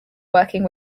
working